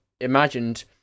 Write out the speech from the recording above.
imagined